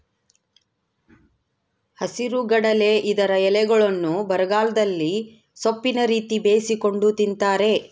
ಹಸಿರುಗಡಲೆ ಇದರ ಎಲೆಗಳ್ನ್ನು ಬರಗಾಲದಲ್ಲಿ ಸೊಪ್ಪಿನ ರೀತಿ ಬೇಯಿಸಿಕೊಂಡು ತಿಂತಾರೆ